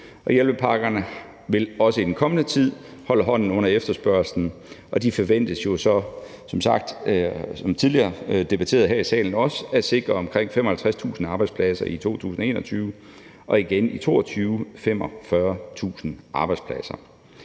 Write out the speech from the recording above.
Hjælpepakkerne vil også i den kommende tid holde hånden under efterspørgslen, og de forventes jo som sagt og som tidligere debatteret her i salen at sikre omkring 55.000 arbejdspladser i 2021 og igen i 2022 45.000 arbejdspladser.